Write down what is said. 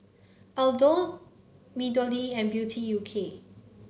Aldo MeadowLea and Beauty U K